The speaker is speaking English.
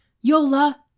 Yola